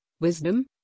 Wisdom